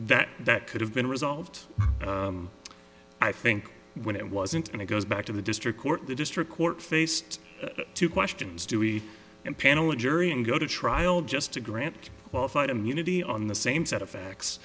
that that could have been resolved i think when it wasn't and it goes back to the district court the district court faced two questions do we impanel a jury and go to trial just to grant qualified immunity on the same set of facts